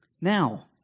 Now